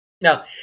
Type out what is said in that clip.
No